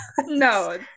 No